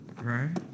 right